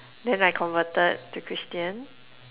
then I converted to Christian